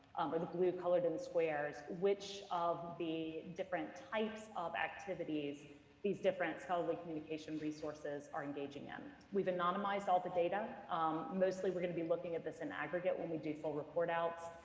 the blue colored-in squares, which of the different types of activities these different scholarly communication resources are engaging in. we've anonymized all the data mostly we're going to be looking at this in aggregate when we do full report-outs,